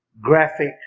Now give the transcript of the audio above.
graphic